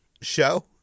show